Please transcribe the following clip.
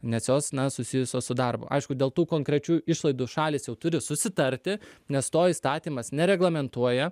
nes jos na susijusios su darbu aišku dėl tų konkrečių išlaidų šalys jau turi susitarti nes to įstatymas nereglamentuoja